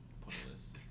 pointless